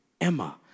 Emma